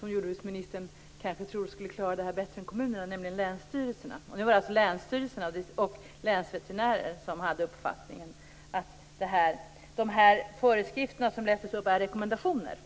som jordbruksministern kanske tror skulle klara det här bättre än kommunerna, nämligen länsstyrelserna. Det var alltså länsstyrelserna, och länsveterinärerna, som hade uppfattningen att de föreskrifter som lästes upp är rekommendationer.